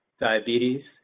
diabetes